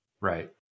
Right